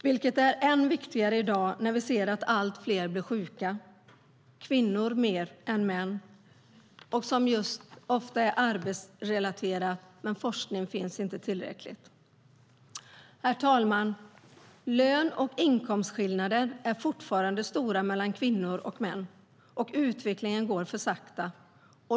Det är än viktigare i dag när vi ser att allt fler blir sjuka - kvinnor mer än män. Denna ohälsa är ofta arbetsrelaterad, men det finns inte tillräckligt med forskning. Herr talman! Löne och inkomstskillnader är fortfarande stora mellan kvinnor och män. Utvecklingen går för sakta.